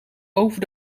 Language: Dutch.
over